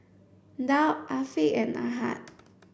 Daud Afiq and Ahad